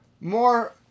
more